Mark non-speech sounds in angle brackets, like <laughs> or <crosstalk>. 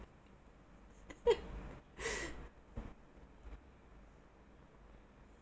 <laughs>